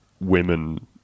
women